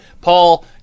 Paul